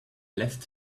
left